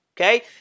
okay